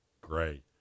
great